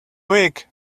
weak